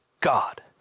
God